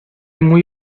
muy